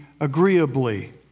agreeably